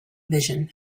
vision